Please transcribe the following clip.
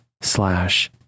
slash